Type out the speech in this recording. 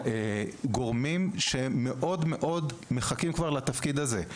גורמים שמאוד מאוד מחכים כבר לתפקיד הזה.